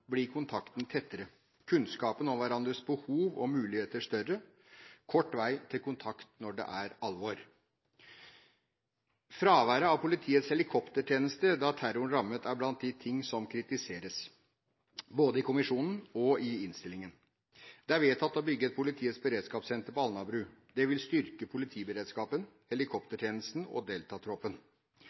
blir kontakten tettere og kunnskapen om hverandres behov og muligheter større, og det blir kort vei til kontakt når det er alvor. Fraværet av Politiets helikoptertjeneste da terroren rammet, er blant de ting som kritiseres, både i kommisjonsrapporten og i innstillingen. Det er vedtatt å bygge et politiets beredskapssenter på Alnabru. Det vil styrke politiberedskapen, helikoptertjenesten og